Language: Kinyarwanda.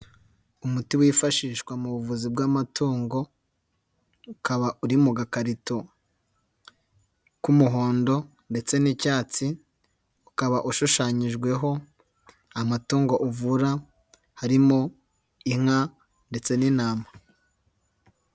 Umuti wifashishwa mu buvuzi bw'amatungo, ukaba uri mu gakarito k'umuhondo ndetse n'icyatsi, ukaba ushushanyijweho amatungo uvura, harimo inka ndetse n'intama.